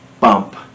bump